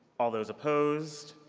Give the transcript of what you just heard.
all those opposed?